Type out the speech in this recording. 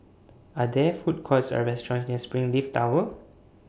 Are There Food Courts Or restaurants near Springleaf Tower